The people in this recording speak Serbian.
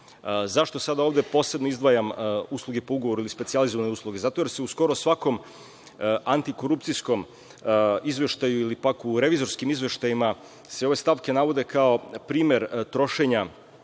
sada ovde posebno izdvajam usluge po ugovoru ili specijalizovane usluge? Zato jer se u skoro svakom antikorupcijskom izveštaju ili pak u revizorskim izveštajima sve ove stavke navode kao primer trošenja